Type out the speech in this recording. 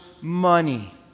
money